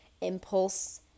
impulse